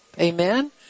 Amen